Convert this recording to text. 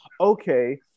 okay